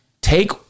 Take